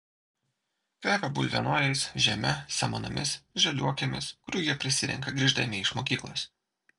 kvepia bulvienojais žeme samanomis žaliuokėmis kurių jie prisirenka grįždami iš mokyklos